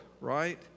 right